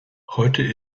heute